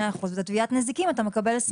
אחוזים ותביעות נזיקין שאתה מקבל 25 אחוזים.